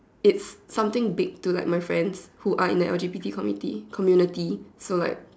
it's something big to my friends who are in the L_G_B_T community community so like